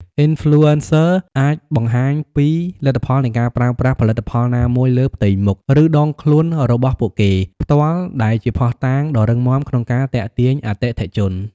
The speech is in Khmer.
អុីនផ្លូអេនសឹ អាចបង្ហាញពីលទ្ធផលនៃការប្រើប្រាស់ផលិតផលណាមួយលើផ្ទៃមុខ ឬដងខ្លួនរបស់ពួកគេផ្ទាល់ ដែលជាភស្តុតាងដ៏រឹងមាំក្នុងការទាក់ទាញអតិថិជន។